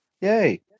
Yay